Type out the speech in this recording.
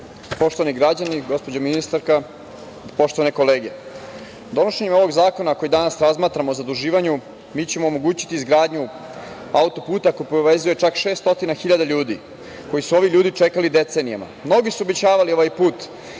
Poštovani građani, gospođo ministarka, poštovane kolege, donošenjem ovog zakona o zaduživanju, koji danas razmatramo, mi ćemo omogućiti izgradnju autoputa koji povezuje čak 600 hiljada ljudi, koji su ovi ljudi čekali decenijama. Mnogi su obećavali ovaj put